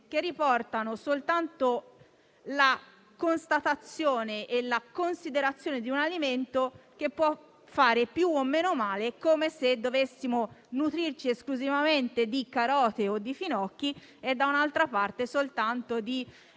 che riportano soltanto la constatazione e la considerazione di un alimento, che può fare più o meno male: come se dovessimo nutrirci esclusivamente di carote o di finocchi e, da un'altra parte, soltanto di dolci,